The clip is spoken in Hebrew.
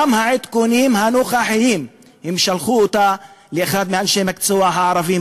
גם את העדכונים הנוכחיים הם שלחו לאחד מאנשי המקצוע הערבים,